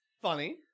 Funny